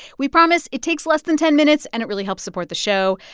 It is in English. we promise it takes less than ten minutes, and it really helps support the show.